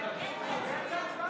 איך הוא יצביע?